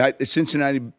Cincinnati